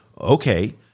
okay